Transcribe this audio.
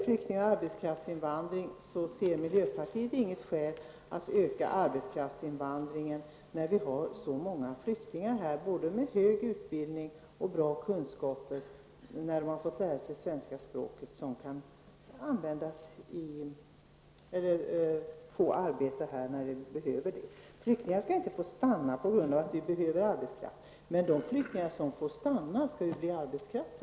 Vi i miljöpartiet ser inget skäl att öka arbetskraftsinvandringen när det finns så många flyktingar här både med högre utbildning och med goda kunskaper. När de har fått lära sig det svenska språket kan de få arbete. Flyktingar skall inte få stanna på grund av att vi behöver arbetskraft, men de som får stanna måste ju beredas arbete.